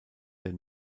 der